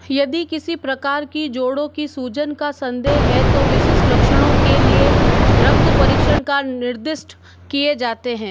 यदि किसी प्रकार की जोड़ों की सूजन का संदेह है तो विशिष्ट लक्षणों के लिए रक्त परीक्षण का निर्दिष्ट किए जाते हैं